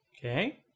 okay